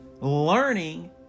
learning